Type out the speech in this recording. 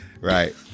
Right